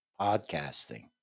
podcasting